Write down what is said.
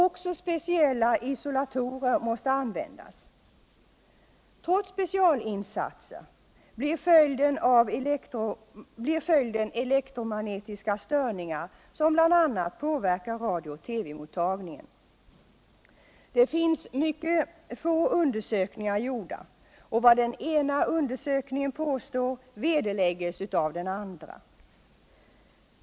Också speciella isolatorer måste användas. Trots specialinsatser blir följden elektromagnetiska störningar, som bl.a. påverkar radio och TV-mottagningen. Det finns mycket få undersökningar gjorda på det här området, och vad den ena undersökningen påstår vederläggs av den andra.